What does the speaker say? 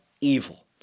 evil